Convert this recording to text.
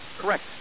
Correct